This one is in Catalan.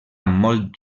molt